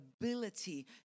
ability